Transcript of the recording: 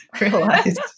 realized